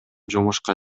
жумушка